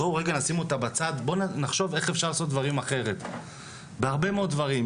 בואו נחשוב איך אפשר לעשות דברים אחרת בהרבה מאוד דברים,